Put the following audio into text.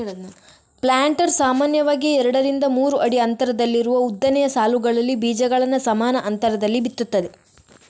planter ಸಾಮಾನ್ಯವಾಗಿ ಎರಡರಿಂದ ಮೂರು ಅಡಿ ಅಂತರದಲ್ಲಿರುವ ಉದ್ದನೆಯ ಸಾಲುಗಳಲ್ಲಿ ಬೀಜಗಳನ್ನ ಸಮಾನ ಅಂತರದಲ್ಲಿ ಬಿತ್ತುತ್ತದೆ